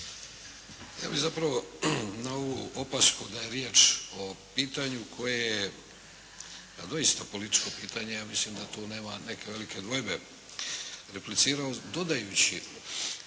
Ja bih zapravo na ovu opasku da je riječ o pitanju koje je, doista političko pitanje, ja mislim da tu nema neke velike dvojbe, replicirao dodajući